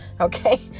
okay